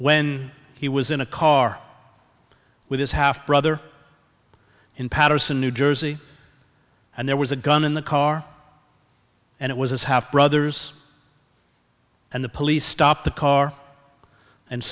when he was in a car with his half brother in paterson new jersey and there was a gun in the car and it was his half brothers and the police stopped the car and